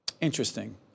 Interesting